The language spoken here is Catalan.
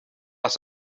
les